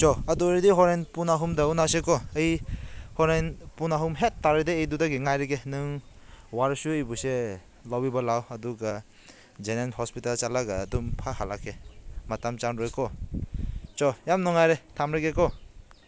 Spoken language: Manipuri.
ꯆꯣ ꯑꯗꯨ ꯑꯣꯏꯔꯗꯤ ꯍꯣꯔꯦꯟ ꯄꯨꯡ ꯑꯈꯨꯝꯗ ꯎꯅꯁꯤꯀꯣ ꯑꯩ ꯍꯣꯔꯦꯟ ꯄꯨꯡ ꯑꯍꯨꯝ ꯍꯦꯛ ꯇꯥꯔꯗꯤ ꯑꯩ ꯑꯗꯨꯗꯤ ꯉꯥꯏꯔꯒꯦ ꯅꯪ ꯋꯥꯔꯁꯨ ꯑꯩꯕꯨꯁꯦ ꯂꯧꯕꯤꯕ ꯂꯥꯛꯑꯣ ꯑꯗꯨꯒ ꯖꯦꯅꯤꯝꯁ ꯍꯣꯁꯄꯤꯇꯥꯜ ꯆꯠꯂꯒ ꯑꯗꯨꯝ ꯐꯠ ꯍꯜꯂꯛꯀꯦ ꯃꯇꯝ ꯆꯪꯂꯣꯏꯀꯣ ꯆꯣ ꯌꯥꯝ ꯅꯨꯡꯉꯥꯏꯔꯦ ꯊꯝꯂꯒꯦꯀꯣ